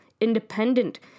independent